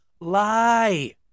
lie